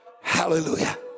hallelujah